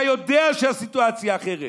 אתה יודע שהסיטואציה אחרת.